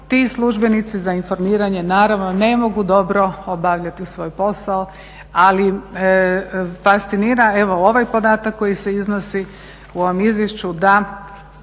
ti službenici za informiranje naravno ne mogu dobro obavljati svoj posao. Ali fascinira evo ovaj podatak koji se iznosi u ovom izvješću